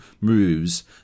moves